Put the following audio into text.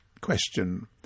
Question